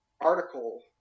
article